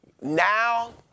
Now –